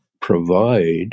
provide